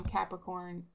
Capricorn